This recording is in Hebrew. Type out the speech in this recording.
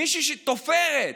מישהי שתופרת.